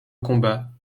combat